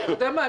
אתה יודע מה?